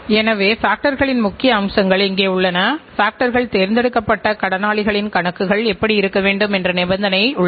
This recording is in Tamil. எனவே மேம்படுத்தப்பட்ட தானியங்கி நிறுவனங்கள் இயந்திர பயன்பாடு மற்றும் மூலதன முதலீட்டின் உற்பத்தித்திறன் குறித்து அக்கறை கொண்டுள்ளன